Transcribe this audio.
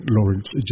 Lawrence